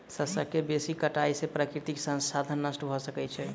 शस्यक बेसी कटाई से प्राकृतिक संसाधन नष्ट भ सकै छै